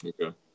Okay